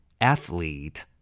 athlete